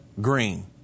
green